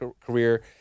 career